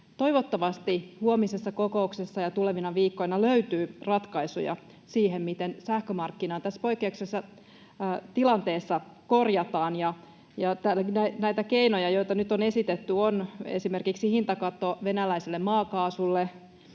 Toivottavasti huomisessa kokouksessa ja tulevina viikkoina löytyy ratkaisuja siihen, miten sähkömarkkinaa tässä poikkeuksellisessa tilanteessa korjataan. Näitä keinoja, joita nyt on esitetty, ovat esimerkiksi hintakatto venäläiselle maakaasulle,